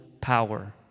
power